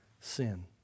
sin